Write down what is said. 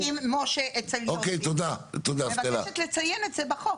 אני מבקשת לציין את זה בחוק.